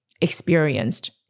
Experienced